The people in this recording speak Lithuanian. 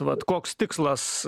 vat koks tikslas